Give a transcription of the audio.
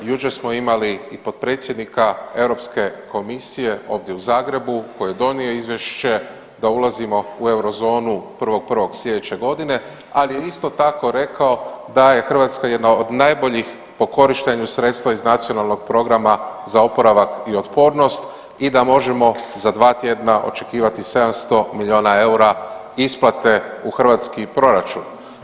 Jučer smo imali i potpredsjednika Europske komisije ovdje u Zagrebu koji je donio izvješće da ulazimo u euro zonu 1.1. sljedeće godine, ali je isto tako rekao da je Hrvatska jedna od najboljih po korištenju sredstva iz Nacionalnog programa za oporavak i otpornost i da možemo za 2 tjedna očekivati 700 milijuna eura isplate u hrvatski proračun.